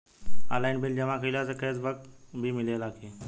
Online bill जमा कईला से कैश बक भी मिलेला की?